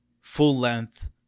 full-length